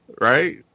Right